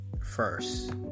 first